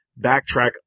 backtrack